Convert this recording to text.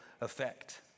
effect